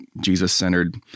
Jesus-centered